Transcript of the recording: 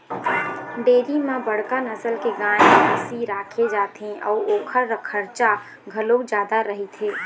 dairy म बड़का नसल के गाय, भइसी राखे जाथे अउ ओखर खरचा घलोक जादा रहिथे